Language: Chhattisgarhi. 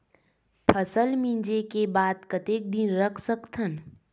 फसल मिंजे के बाद कतेक दिन रख सकथन?